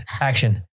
action